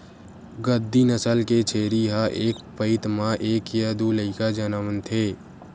गद्दी नसल के छेरी ह एक पइत म एक य दू लइका जनमथे